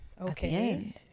Okay